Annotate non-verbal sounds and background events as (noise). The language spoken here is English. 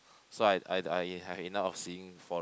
so I I I (noise) have enough of seeing for